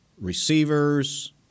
receivers